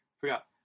forgot